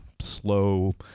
slow